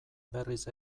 berriz